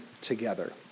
together